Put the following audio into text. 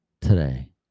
today